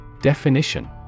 Definition